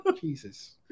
Jesus